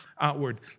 outward